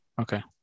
Okay